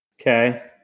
Okay